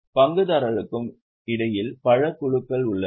பங்குதாரர்களுக்கு இடையில் பல குழுக்கள் உள்ளன